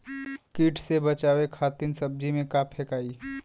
कीट से बचावे खातिन सब्जी में का फेकाई?